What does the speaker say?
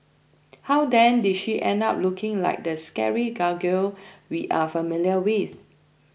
how then did she end up looking like the scary gargoyle we are familiar with